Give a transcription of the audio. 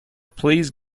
please